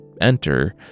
enter